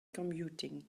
commuting